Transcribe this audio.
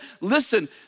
listen